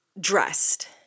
dressed